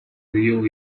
liu